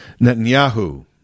Netanyahu